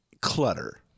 clutter